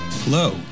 Hello